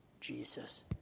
Jesus